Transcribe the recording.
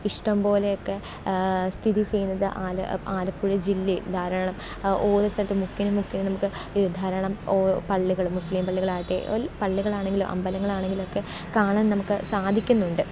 ഇഷ്ടം പോലെയൊക്കെ സ്ഥിതി ചെയ്യുന്നത് ആലപ്പുഴ ജില്ലയിൽ ധാരാളം ഓരോ സ്ഥലത്തും മുക്കിന് മുക്കിന് നമുക്ക് ധാരാളം പള്ളികളും മുസ്ലിം പള്ളികളാകട്ടെ പള്ളികളാണെങ്കിലും അമ്പലങ്ങളാണെങ്കിലുമൊക്കെ കാണാൻ നമുക്ക് സാധിക്കുന്നുണ്ട്